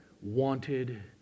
wanted